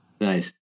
Nice